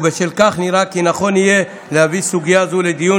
ובשל כך נראה כי נכון יהיה להביא סוגיה זו לדיון